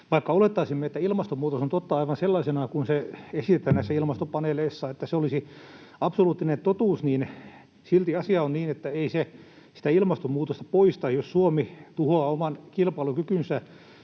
vaikka olettaisimme, että ilmastonmuutos on totta aivan sellaisenaan kuin se esitetään näissä ilmastopaneeleissa, että se olisi absoluuttinen totuus, niin silti asia on niin, että ei se sitä ilmastonmuutosta poista, jos Suomi tuhoaa oman kilpailukykynsä